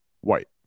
White